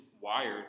wired